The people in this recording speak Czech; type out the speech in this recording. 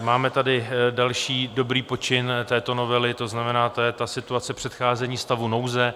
Máme tady další dobrý počin této novely, to znamená, to je ta situace předcházení stavu nouze.